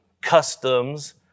customs